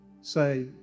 say